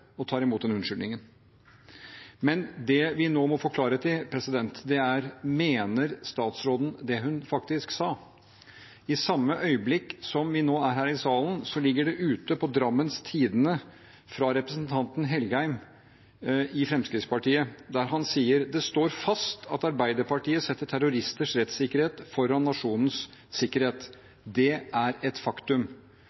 og tar imot den unnskyldningen. Men det vi nå må få klarhet i, er om statsråden mener det hun faktisk sa. I samme øyeblikk som vi nå er her i salen, ligger det ute i avisen Drammens Tidende noe fra Fremskrittspartiets representant Engen-Helgheim, der han sier: Det står fast at Arbeiderpartiet setter terroristers rettssikkerhet foran nasjonens sikkerhet.